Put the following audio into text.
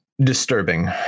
disturbing